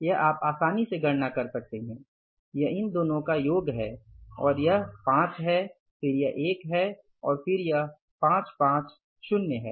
यह आप आसानी से गणना कर सकते हैं यह इन दोनों का योग है और यह पाँच है फिर यह एक है और फिर यह पाँच पाँच शून्य है